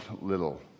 little